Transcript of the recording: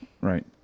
Right